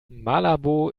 malabo